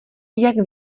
jak